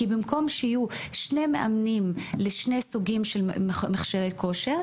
במקום שיהיו שני מאמנים לשני סוגים של מכשירי כושר,